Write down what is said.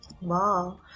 Wow